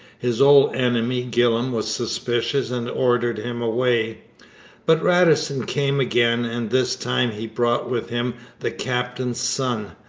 his old enemy gillam was suspicious and ordered him away but radisson came again, and this time he brought with him the captain's son,